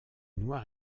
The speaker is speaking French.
noir